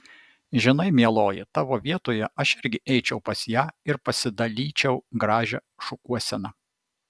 žinai mieloji tavo vietoje aš irgi eičiau pas ją ir pasidalyčiau gražią šukuoseną